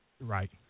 right